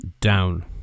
Down